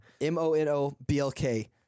M-O-N-O-B-L-K